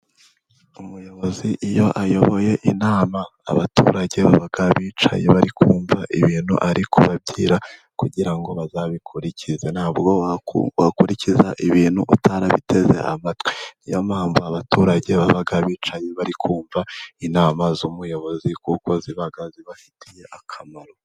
Umuyobozi iyo ayoboye inama abaturage bakaba bicaye bari kumva ibintu aribwira kugira ngo bazabikurikize, ntabwo wakurikiza ibintu utarabiteze amatwi, niyo mpamvu abaturage baba bicaye bari kumva inama z'umuyobozi, kuko ziba zibafitiye akamaro.